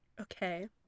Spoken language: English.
Okay